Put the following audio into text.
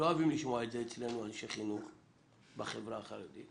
לא אוהבים לשמוע את זה אצלנו אנשי חינוך בחברה החרדית,